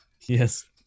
Yes